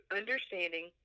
understanding